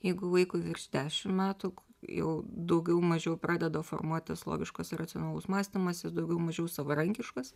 jeigu vaikui virš dešim metų jau daugiau mažiau pradeda formuotis logiškas ir racionalus mąstymas jis daugiau mažiau savarankiškas